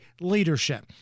leadership